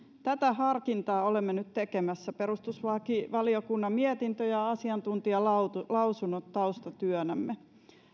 tätä harkintaa olemme nyt tekemässä perustuslakivaliokunnan mietintö ja asiantuntijalausunnot taustatyönämme